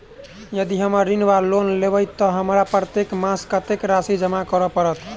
यदि हम ऋण वा लोन लेबै तऽ हमरा प्रत्येक मास कत्तेक राशि जमा करऽ पड़त?